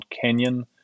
Canyon